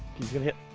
he's gonna hit!